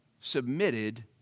submitted